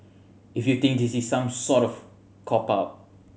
if you think this is some sort of cop out